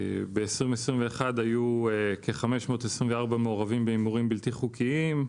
ב-2021 היו כ-524 מעורבים בהימורים בלתי חוקיים,